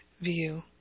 view